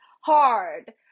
hard